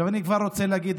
עכשיו אני כבר רוצה להגיד,